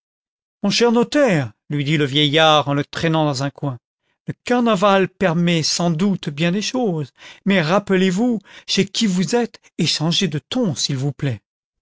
mon cher notaire lui dit le vieillard en le traînant dans un coin le carnaval permet sans doute bien des choses mais rappelez-vous chez qui vous êtes et changez de ton s'il vous plaît